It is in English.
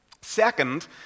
Second